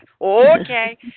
Okay